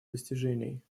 достижений